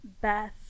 beth